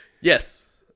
yes